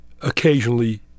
occasionally